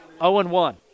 0-1